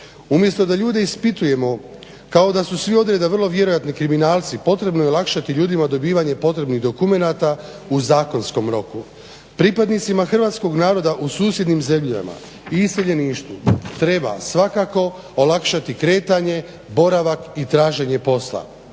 Umjesto da ljude ispitujemo kao da su svi odreda vrlo vjerojatni kriminalci, potrebno je olakšati ljudima dobivanje potrebnih dokumenata u zakonskom roku. Pripadnicima hrvatskog naroda u susjednim zemljama i iseljeništvu treba svakako olakšati kretanje, boravak i traženje posla.